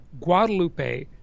Guadalupe